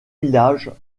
villages